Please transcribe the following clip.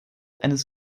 eines